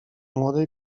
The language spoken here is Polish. młodej